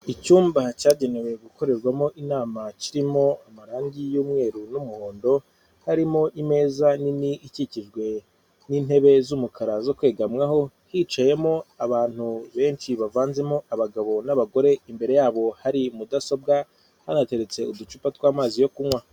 Icyumba cyagenewe gukorerwamo inama kirimo amarangi y'umweru n'umuhondo, harimo imeza nini ikikijwe n'intebe z'umukara zo kwegamwaho, hicayemo abantu benshi bavanzemo abagabo n'abagore, imbere yabo hari mudasobwa hanateretse uducupa tw'amazi yo kunywa.